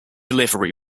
livery